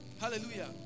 Hallelujah